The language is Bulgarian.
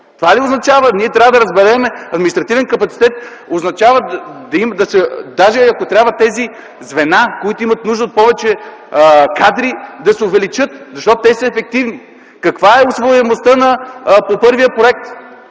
Това ли означава, ние трябва да разберем? Административен капацитет означава, даже ако трябва тези звена, които имат нужда от повече кадри, да се увеличат, защото са ефективни. Каква е усвояемостта по първия проект?